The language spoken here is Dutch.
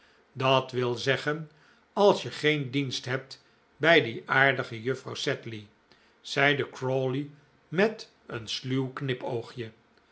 dat wil zeggen als je geen dienst hebt bij die aardige juffrouw sedley zeide crawley met een sluw knipoogje